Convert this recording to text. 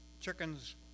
chickens